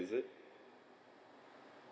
is it